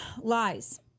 Lies